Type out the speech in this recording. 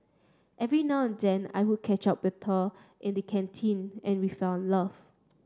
every now and then I would catch up with her in the canteen and we fell in love